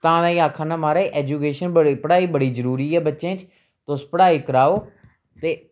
तां करी आखा नां महाराज ऐजुकेशन बड़ी पढ़ाई बड़ी जरूरी ऐ बच्चें च तुस पढ़ाई कराओ ते